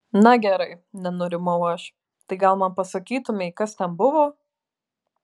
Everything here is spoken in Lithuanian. na gerai nenurimau aš tai gal man pasakytumei kas ten buvo